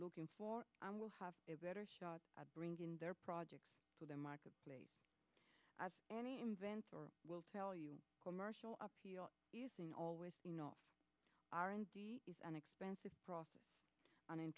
looking for i will have a better shot at bringing their project to the marketplace as any invents or we'll tell you commercial up using always you know are in an expensive process on